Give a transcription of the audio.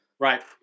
Right